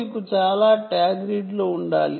మీకు చాలా ట్యాగ్ రీడ్లు ఉండాలి